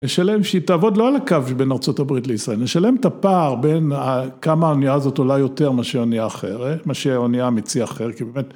נשלם שהיא תעבוד לא על הקו בין ארה״ב לישראל, נשלם את הפער בין כמה האונייה הזאת עולה יותר מאשר אונייה אחרת, מאשר אונייה מצי אחרת כי באמת